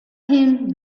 him